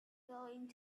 going